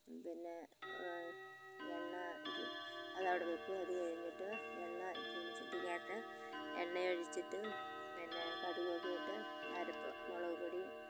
പിന്നെ എണ്ണ ഇത് അതവിടെ വയ്ക്കും അതുകഴിഞ്ഞിട്ട് എണ്ണ ചീനച്ചട്ടിക്കകത്ത് എണ്ണയൊഴിച്ചിട്ട് പിന്നെ കടുകൊക്കെ ഇട്ട് അരപ്പ് മുളകുപൊടിയും